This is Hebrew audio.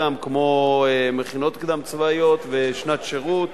כמו מכינות קדם-צבאיות ושנת שירות.